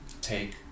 take